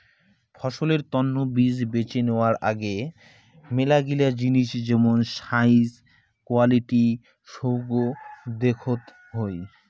ফসলের তন্ন বীজ বেছে নেওয়ার আগে মেলাগিলা জিনিস যেমন সাইজ, কোয়ালিটি সৌগ দেখত হই